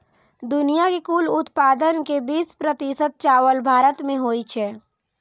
दुनिया के कुल उत्पादन के बीस प्रतिशत चावल भारत मे होइ छै